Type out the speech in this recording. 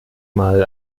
mal